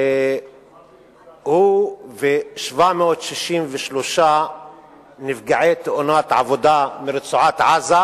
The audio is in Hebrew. הוא ו-763 נפגעי תאונות עבודה מרצועת-עזה